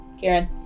Karen